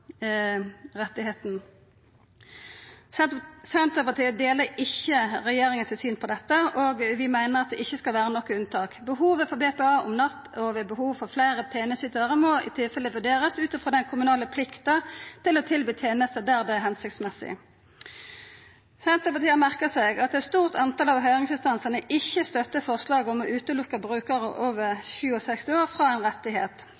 retten. Senterpartiet deler ikkje regjeringas syn på dette, og vi meiner at det ikkje skal vera noko unntak. Behovet for BPA om natta og ved behov for fleire tenesteytarar må i tilfelle vurderast ut frå den kommunale plikta til å tilby tenester der det er føremålstenleg. Senterpartiet har merka seg at eit stort tal av høyringsinstansane ikkje stør forslaget om å